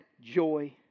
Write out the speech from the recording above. joy